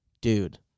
Dude